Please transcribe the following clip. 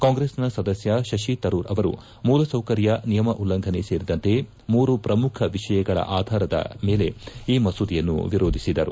ಕಾಂಗ್ರೆಸ್ನ ಸದಸ್ಯ ಶಶಿ ತರೂರು ಅವರು ಮೂಲಸೌಕರ್ಯ ನಿಯಮ ಉಲ್ಲಂಘನೆ ಸೇರಿದಂತೆ ಮೂರು ಪ್ರಮುಖ ವಿಷಯಗಳ ಆಧಾರರ ಮೇಲೆ ಈ ಮಸೂದೆಯನ್ನು ವಿರೋಧಿಸಿದರು